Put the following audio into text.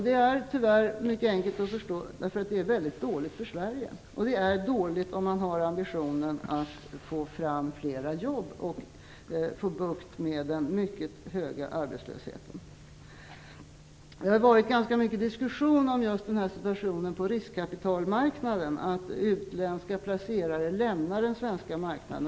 Det är mycket enkelt att förstå, men det är dåligt för Sverige. Det är dåligt om man har ambitionen att få fram flera jobb och få bukt med den mycket höga arbetslösheten. Det har varit ganska mycket diskussion om situationen på riskkapitalmarknaden och att utländska placerare lämnar den svenska marknaden.